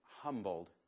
humbled